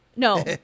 No